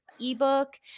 ebook